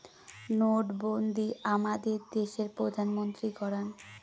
নোটবন্ধী আমাদের দেশের প্রধানমন্ত্রী করান